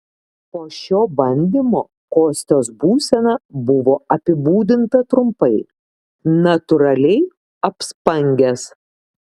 po šio bandymo kostios būsena buvo apibūdinta trumpai natūraliai apspangęs